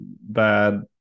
bad